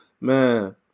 man